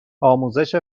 آموزش